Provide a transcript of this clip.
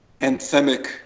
anthemic